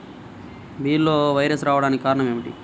బీరలో వైరస్ రావడానికి కారణం ఏమిటి?